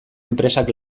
enpresak